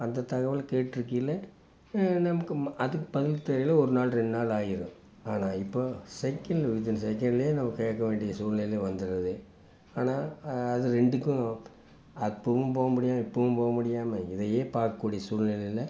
அந்த தகவல் கேட்டிருக்கையில நமக்கு ம அதுக்கு பதில் தெரியலை ஒரு நாள் ரெண்டு நாள் ஆயிடும் ஆனால் இப்போது செக்கெண்ட் வித்தின் செக்கெண்டில் நம்ம கேட்க வேண்டிய சூழ்நிலை வந்துடுது ஆனால் அது ரெண்டுக்கும் அப்போவும் போக முடியாமல் இப்போவும் போக முடியாமல் இதையே பார்க்ககூடிய சூழ்நிலையில்